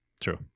true